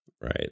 Right